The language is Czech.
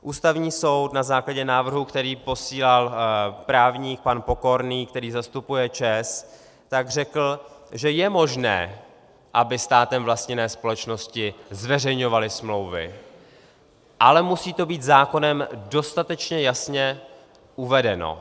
Ústavní soud na základě návrhu, který posílal právník pan Pokorný, který zastupuje ČEZ, řekl, že je možné, aby státem vlastněné společnosti zveřejňovaly smlouvy, ale musí to být zákonem dostatečně jasně uvedeno.